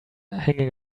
hanging